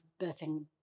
birthing